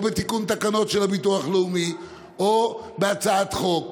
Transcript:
או תיקון תקנות של הביטוח הלאומי או הצעת חוק,